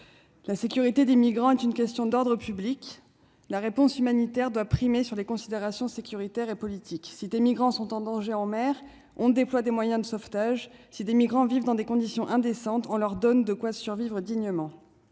La sécurité des migrants est une question d'ordre public, mais la réponse humanitaire doit primer sur les considérations sécuritaires et politiques. Si des migrants sont en danger en mer, on déploie des moyens de sauvetage ; si des migrants vivent dans des conditions indécentes, on leur donne de quoi survivre dignement.